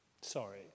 Sorry